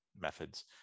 methods